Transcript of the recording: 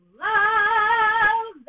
love